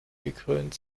gekrönt